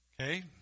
okay